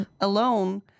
alone